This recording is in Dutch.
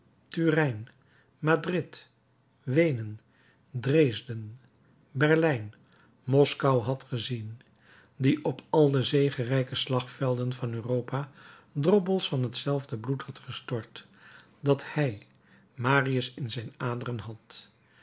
turijn madrid weenen dresden berlijn moskou had gezien die op al de zegerijke slagvelden van europa droppels van hetzelfde bloed had gestort dat hij marius in zijn aderen had